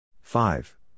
five